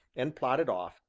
and plodded off,